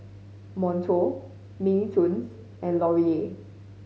Monto Mini Toons and Laurier